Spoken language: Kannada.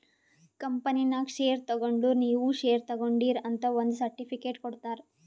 ಕಂಪನಿನಾಗ್ ಶೇರ್ ತಗೊಂಡುರ್ ನೀವೂ ಶೇರ್ ತಗೊಂಡೀರ್ ಅಂತ್ ಒಂದ್ ಸರ್ಟಿಫಿಕೇಟ್ ಕೊಡ್ತಾರ್